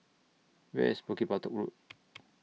Where IS Bukit Batok Road